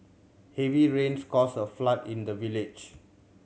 heavy rains caused a flood in the village